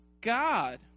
God